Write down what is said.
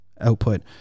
output